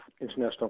International